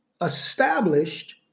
established